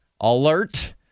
alert